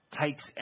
takes